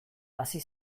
hasi